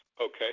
Okay